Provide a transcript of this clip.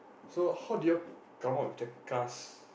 so how do they all come out with the cars